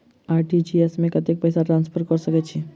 RTGS मे कतेक पैसा ट्रान्सफर कऽ सकैत छी?